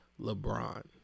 LeBron